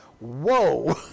whoa